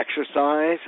exercise